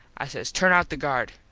i says turn out the guard.